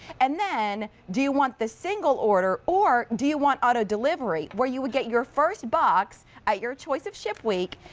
and then do you want the single order or do you want auto delivery where you would get your first box at your choice of ship week,